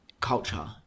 culture